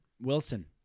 Wilson